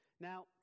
Now